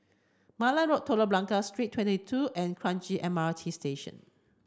Malan Road Telok Blangah Street thirty two and Kranji M R T Station